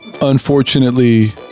unfortunately